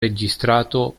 registrato